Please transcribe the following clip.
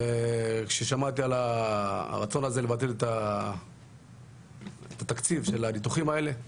שמעתי על הרצון לבטל את התקציב של הניתוחים האלה,